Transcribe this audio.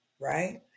right